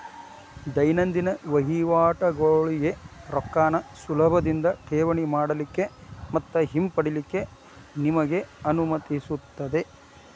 ದೈನಂದಿನ ವಹಿವಾಟಗೋಳಿಗೆ ರೊಕ್ಕಾನ ಸುಲಭದಿಂದಾ ಠೇವಣಿ ಮಾಡಲಿಕ್ಕೆ ಮತ್ತ ಹಿಂಪಡಿಲಿಕ್ಕೆ ನಿಮಗೆ ಅನುಮತಿಸುತ್ತದೆ